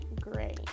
gray